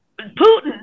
Putin